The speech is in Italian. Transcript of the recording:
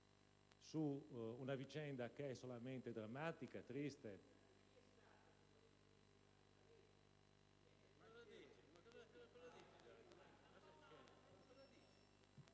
su una vicenda che è solamente drammatica, triste...